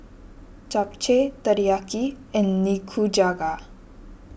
Japchae Teriyaki and Nikujaga